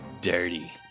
Dirty